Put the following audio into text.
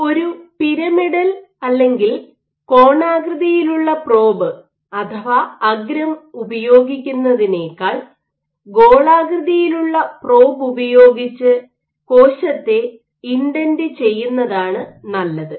ഒരു പിരമിഡൽ അല്ലെങ്കിൽ കോണാകൃതിയിലുള്ള പ്രോബ് അഥവാ അഗ്രം ഉപയോഗിക്കുന്നതിനേക്കാൾ ഗോളാകൃതിയിലുള്ള പ്രോബ് ഉപയോഗിച്ച് കോശത്തെ ഇൻഡന്റ് ചെയ്യുന്നതാണ് നല്ലത്